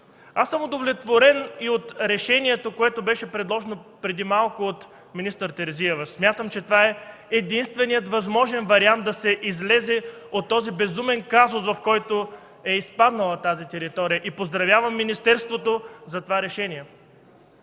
Аз съм удовлетворен и от решението, предложено преди малко от министър Терзиева. Смятам, че това е единственият възможен вариант да се излезе от този безумен казус, в който е изпаднала тази територия и поздравявам министерството за това решение.